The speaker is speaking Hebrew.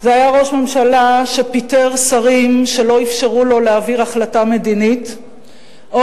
זה היה ראש ממשלה שפיטר שרים שלא אפשרו לו להעביר החלטה מדינית או